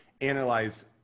analyze